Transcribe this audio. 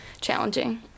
challenging